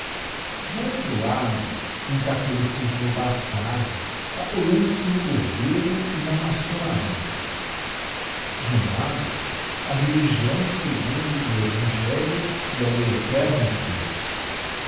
do outro lado um catholicismo bastardo apoiando-se no governo e na maçonaria de um lado a religião segundo o evangelho e a lei eterna de deus